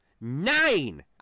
Nine